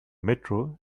metro